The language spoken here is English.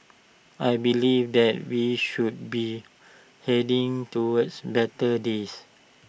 I believe that we should be heading towards better days